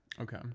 Okay